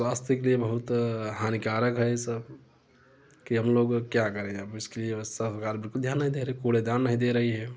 स्वास्थ्य के लिए बहुत हानिकारक है ये सब की हम लोग क्या करें अब इसके लिए सरकार बिल्कुल ध्यान नहीं दे रही है कूड़ेदान नहीं दे रही है